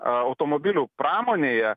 automobilių pramonėje